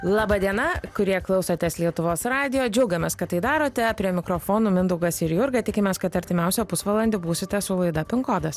laba diena kurie klausotės lietuvos radijo džiaugiamės kad tai darote prie mikrofonų mindaugas ir jurga tikimės kad artimiausią pusvalandį būsite su laida pin kodas